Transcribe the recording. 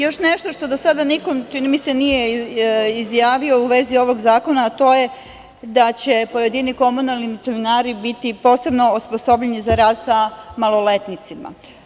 Još nešto što do sada niko, čini mi se, nije izjavio u vezi ovog zakona, a to je da će pojedini komunalni milicioneri biti posebno osposobljeni za rad sa maloletnicima.